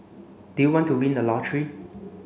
do you want to win the lottery